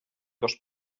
dos